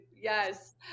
Yes